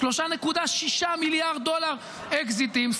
3.6 מיליארד דולר אקזיטים,